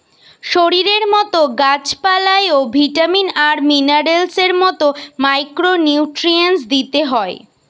শরীরের মতো গাছ পালায় ও ভিটামিন আর মিনারেলস এর মতো মাইক্রো নিউট্রিয়েন্টস দিতে হয়